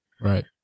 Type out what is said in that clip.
Right